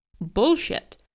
bullshit